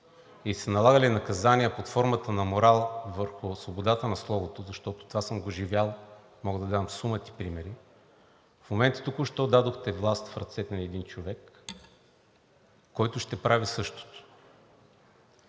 и са налагали наказания под формата на морал върху свободата на словото, защото това съм го живял, мога да дам сума ти примери – в момента, току-що, дадохте власт в ръцете на един човек, който ще прави същото.